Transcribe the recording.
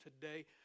today